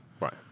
Right